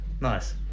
Nice